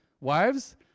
Wives